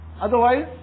Otherwise